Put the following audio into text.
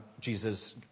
Jesus